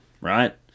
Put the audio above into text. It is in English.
right